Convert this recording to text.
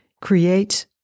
create